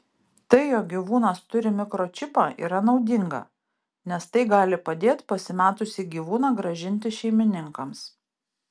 tai jog gyvūnas turi mikročipą yra naudinga nes tai gali padėt pasimetusį gyvūną grąžinti šeimininkams